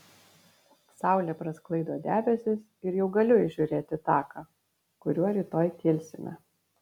saulė prasklaido debesis ir jau galiu įžiūrėti taką kuriuo rytoj kilsime